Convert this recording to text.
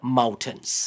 mountains